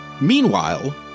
Meanwhile